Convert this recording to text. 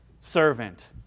servant